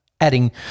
adding